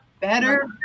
Better